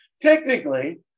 Technically